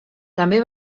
també